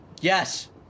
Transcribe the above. Yes